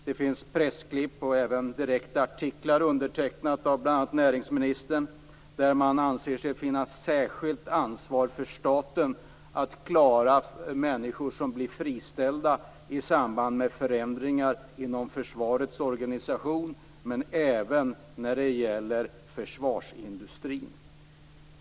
Det finns pressklipp och även artiklar skrivna av näringsministern där det framgår att staten har särskilt ansvar att hjälpa människor som blir friställda i samband med förändringar inom försvarets organisation men även inom försvarsindustrin.